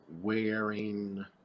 wearing